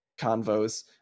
convos